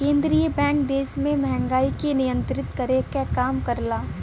केंद्रीय बैंक देश में महंगाई के नियंत्रित करे क काम करला